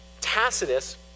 Tacitus